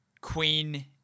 Queen